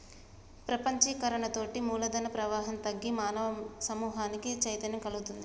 ప్రపంచీకరణతోటి మూలధన ప్రవాహం తగ్గి మానవ సమూహానికి చైతన్యం గల్గుతుంది